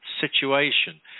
situation